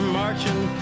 marching